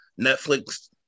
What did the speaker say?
Netflix